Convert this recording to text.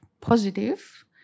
positive